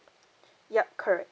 yup correct